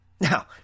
Now